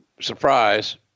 surprise